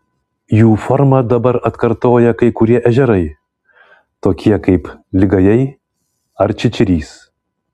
jų formą dabar atkartoja kai kurie ežerai tokie kaip ligajai ar čičirys